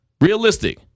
Realistic